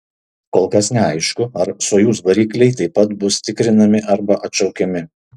kol kas neaišku ar sojuz varikliai taip pat bus tikrinami arba atšaukiami